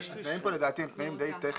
התנאים פה לדעתי הם תנאים די טכניים,